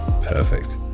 Perfect